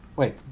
Wait